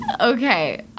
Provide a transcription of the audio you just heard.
Okay